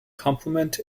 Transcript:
complement